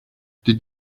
did